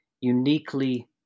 uniquely